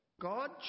God